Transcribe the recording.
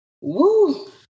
woo